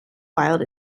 wild